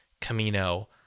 Camino